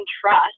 trust